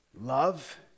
love